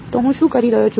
તો હું શું કરી રહ્યો છું